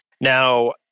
now